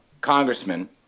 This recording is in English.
congressman